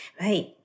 Right